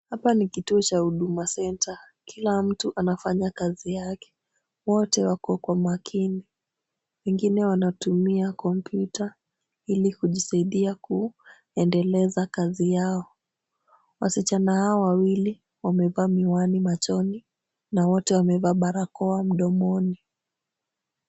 Hapa ni kituo cha Huduma Center. Kila mtu anafanya kazi yake. Wote wako kwa makini. Wengine wanatumia kompyuta ili kujisaidia kuendeleza kazi yao. Wasichana hawa wawili wamevaa miwani machoni na wote wamevaa barakoa mdomoni.